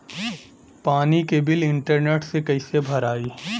पानी के bill internet से कइसे भराई?